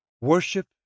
Worship